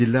ജില്ലാ